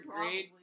grade